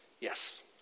Yes